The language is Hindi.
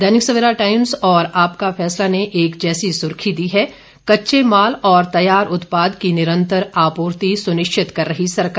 दैनिक सवेरा टाइम्स और आपका फैसला ने एक जैसी सुर्खी दी है कच्चे माल और तैयार उत्पाद की निरंतर आपूर्ति सुनिश्चित कर रही सरकार